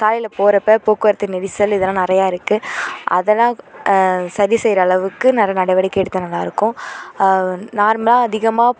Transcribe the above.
சாலையில் போகிறப்ப போக்குவரத்து நெரிசல் இதெல்லாம் நிறையா இருக்குது அதெல்லாம் சரி செய்கிற அளவுக்கு நிறைய நடவடிக்கை எடுத்தால் நல்லா இருக்கும் நார்மலாக அதிகமாக